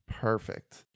Perfect